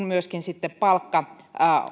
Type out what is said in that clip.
myöskin sitten palkka